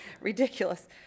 Ridiculous